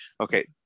Okay